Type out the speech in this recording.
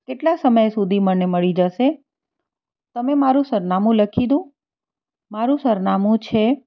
કેટલા સમય સુધી મને મળી જશે તમે મારું સરનામું લખી દો મારું સરનામું છે